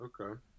Okay